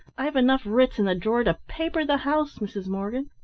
i've enough writs in the drawer to paper the house, mrs. morgan.